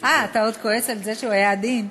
אתה עוד כועס על זה שהוא היה עדין.